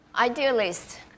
Idealist